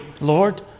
Lord